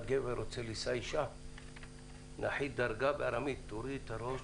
תגדילי את החיסכון,